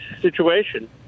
situation—